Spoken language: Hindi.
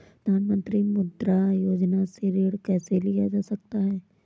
प्रधानमंत्री मुद्रा योजना से ऋण कैसे लिया जा सकता है?